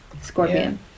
Scorpion